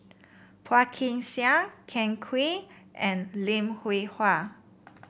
Phua Kin Siang Ken Kwek and Lim Hwee Hua